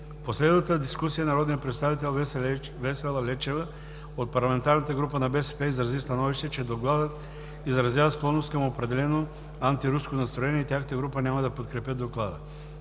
последвалата дискусия народният представител Весела Лечева от БСП изрази становище, че Докладът изразява склонност към определено антируско настроение и тяхната група няма да подкрепят доклада.